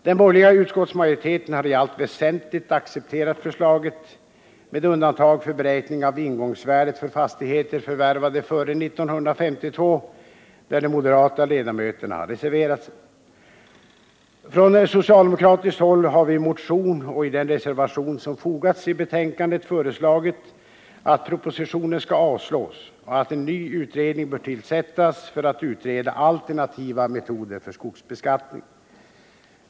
Den borgerliga utskottsmajoriteten har i allt väsentligt accepterat förslaget med undantag för beräkning av ingångsvärdet för fastigheter förvärvade före 1952 där de moderata ledamöterna har reserverat sig. Från socialdemokratiskt håll har vi i motion och i den reservation som fogats till betänkandet föreslagit att propositionen skall avslås och att en ny utredning bör tillsättas för att utreda alternativa metoder för skogsbeskattningen.